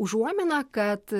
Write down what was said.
užuominą kad